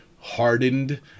hardened